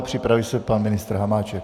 Připraví se pan ministr Hamáček.